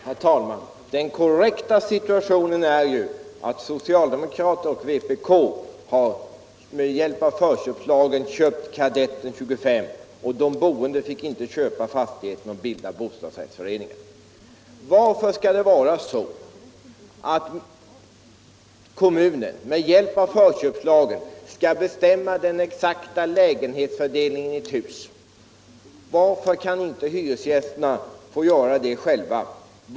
Herr talman! Den korrekta situationen är att socialdemokraterna och vpk med hjälp av förköpslagen har köpt Kadetten 25. De boende fick inte köpa fastigheten och bilda en bostadsrättsförening. Varför skall det vara så att kommunen med hjälp av förköpslagen kan bestämma den exakta lägenhetsfördelningen i ett hus? Varför kan inte hyresgästerna få göra det själva?